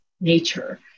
nature